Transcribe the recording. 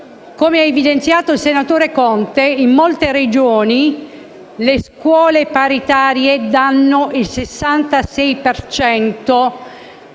Come ha evidenziato il senatore Conte, in molte Regioni le scuole paritarie offrono il 66